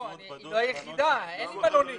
היא לא היחידה, אין לי מלונית.